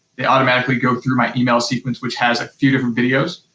they automatically go through my emails sequence, which has a few different videos.